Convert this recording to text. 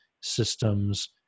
systems